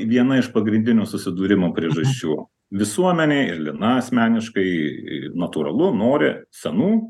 viena iš pagrindinių susidūrimo priežasčių visuomenė ir lina asmeniškai natūralu nori senų